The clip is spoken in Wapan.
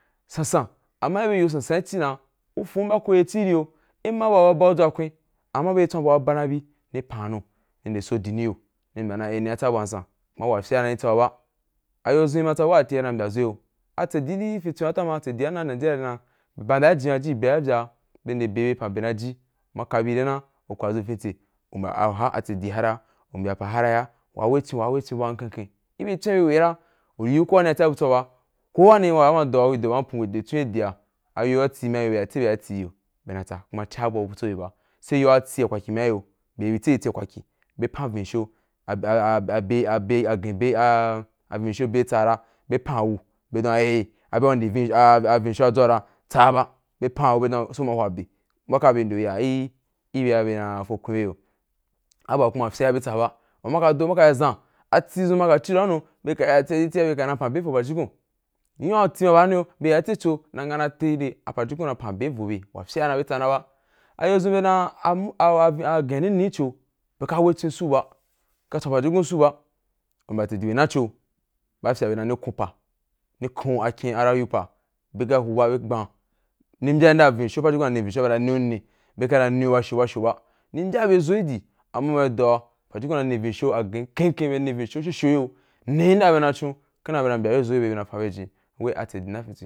Sansan, amma ibe wa sansan ci na ufo ko ma ye ci ki yoo ma bu wa baba u idʒwa kwen amma bye ri tswan bu wa ba ba na yī bi, bye pan don ni nde so di ni yi yo, ni mbya ni na tsa bu wa nsan kuma a bu wa fye’a ni tsa ba, a bye dʒun ni na tsa nî na mbya zo gi yo, ya tsedi digini fín co batsedi gi nigeria tama saí be wa janjan be wa jan jan bye nde be pa na ji uma ke bi ye na u kpazu afitse, u ma ka bi na u mbya a ba tsedi hí a, ra, umbyaa apa gara, wa wci co wa, wei co a ken ken, gi bye tsuu wa gu hwe hia ra u yin ko keni na yi tsai butso ba ko waní pa mo do ku yi do ba tswen ari gi diya, a yo ‘a a ti ma yi yo ku ri ya tse bye’a a ti ifyi yo bye natsa kuma cià vo butso bye ba saī a ti wa kwaki mayi ya bye, ri bi tse bye ti wa kwaki bye pan vín soo a a be a be a gín be a vín sho be tsa ra bye pan gu bye dan a’e a bye a gu nde avín sho a dʒwara, tsa ba, bye pan gu dan sai kuma hwa be im ba ha ke ba bye pan gu ya i bye a bye na fo kwin gi yo, abu wa fye’a bye tsa ba. U ma ka do ma kayazan a ti dʒun maka cia hun bye ka ya tse bye na pan be gi vo apajukun, nyunua ti ma ba ni giya bye ka ya tse cho na nga na terie apa jukun na pan a be gi vo bye fye ra bye tsa na ba. Ayo dʒun bye na a a gen a ne ne gî cho bye ka wei tswin gi yo su ba, bye ka tswan pajukun su ba, a pa tse di wei na cho ba fya dan ne copper ni kau a na kin pa dei dei. Ku hura wei ku dan ni mbya bana re a vin sho howa bye na ne gunni be ka na ne gu sho ba sho ba nî mbya bye zo gi di, amma bye ma do a, pajukun na’i vín sho a gen ken ken byen vin sho, sho sho gi yo ne yenda bye na i cun kanda bye na yi mbya bye zo na yi fan bye jinii, wei a tsedi na fin tswín.